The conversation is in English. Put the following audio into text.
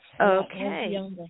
Okay